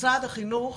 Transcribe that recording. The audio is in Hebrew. משרד החינוך